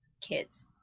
kids